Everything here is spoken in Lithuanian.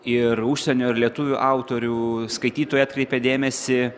ir užsienio ir lietuvių autorių skaitytojai atkreipia dėmesį